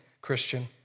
Christian